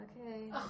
Okay